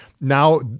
now